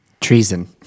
Treason